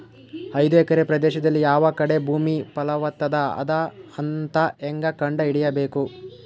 ಐದು ಎಕರೆ ಪ್ರದೇಶದಲ್ಲಿ ಯಾವ ಕಡೆ ಭೂಮಿ ಫಲವತ ಅದ ಅಂತ ಹೇಂಗ ಕಂಡ ಹಿಡಿಯಬೇಕು?